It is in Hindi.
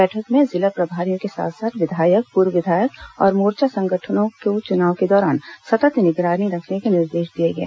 बैठक में जिला प्रभारियों के साथ साथ विधायक पूर्व विधायक और मोर्चा संगठनों को चुनाव के दौरान सतत निगरानी रखने के निर्देश दिए गए